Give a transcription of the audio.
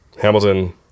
Hamilton